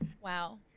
Wow